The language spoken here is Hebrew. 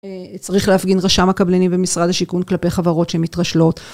צריך להפגין רשם מקבלני במשרד השיכון כלפי חברות שמתרשלות.